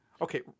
Okay